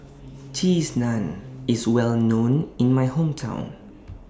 Cheese Naan IS Well known in My Hometown